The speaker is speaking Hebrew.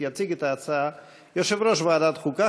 יציג את ההצעה יושב-ראש ועדת החוקה,